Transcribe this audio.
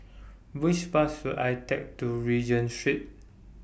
Which Bus should I Take to Regent Street